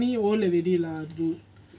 cavani old already lah dude